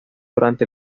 durante